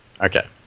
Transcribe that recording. okay